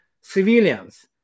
civilians